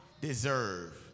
deserve